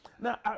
Now